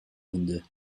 hunde